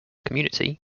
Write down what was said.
community